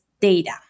data